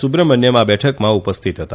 સુબ્રમણ્થમ આ બેઠકમાં ઉપસ્થિત હતા